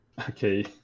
okay